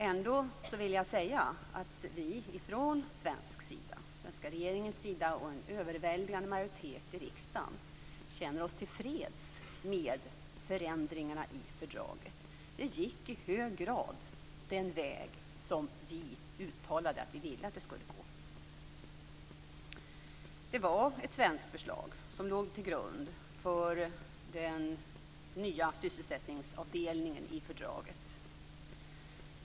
Ändå vill jag säga att vi i den svenska regeringen och en överväldigande majoritet i riksdagen känner oss till freds med förändringarna i fördraget. Det gick i hög grad den väg som vi ville. Det var ett svenskt förslag som låg till grund för den nya sysselsättningsavdelningen i fördraget.